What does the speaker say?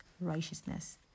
righteousness